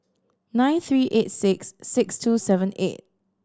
nine three eight six six two seven eight